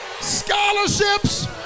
Scholarships